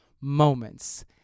moments